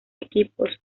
equipos